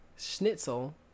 schnitzel